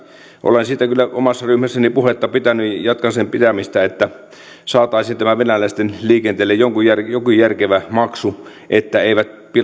olen siitä kyllä omassa ryhmässäni puhetta pitänyt ja jatkan sen pitämistä että saataisiin venäläisten liikenteelle joku järkevä maksu että eivät